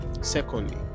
secondly